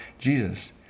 Jesus